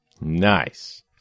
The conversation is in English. Nice